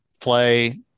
play